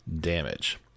damage